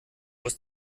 aus